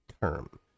term